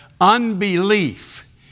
unbelief